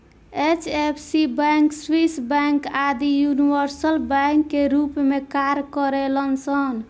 HFC bank, Swiss bank आदि universal bank के रूप में कार्य करेलन सन